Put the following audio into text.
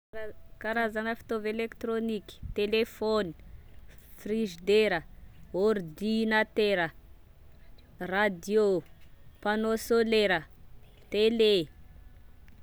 Karaza- karazana fitaova elektrôniky: telephone, frizidera, ordinatera, radio, panneau solera, télé